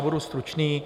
Budu stručný.